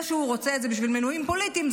זה שהוא רוצה את זה בשביל מינויים פוליטיים,